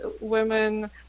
women